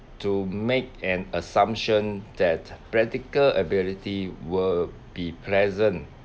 to make an assumption that practical ability will be pleasant